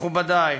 מכובדי,